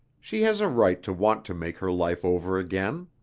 she has a right to want to make her life over again.